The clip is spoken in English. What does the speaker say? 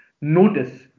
notice